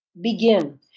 begin